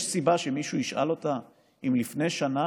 יש סיבה שמישהו ישאל אותה אם לפני שנה